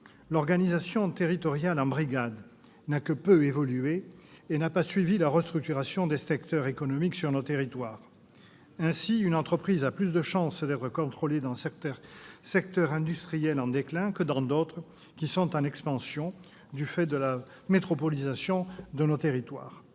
L'organisation territoriale en brigades n'a que peu évolué et n'a pas suivi la restructuration des secteurs économiques sur nos territoires. Ainsi, une entreprise a plus de risques d'être contrôlée dans certains secteurs industriels en déclin que dans d'autres qui sont en expansion du fait de la métropolisation de nos territoires.